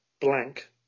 blank